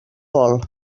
vol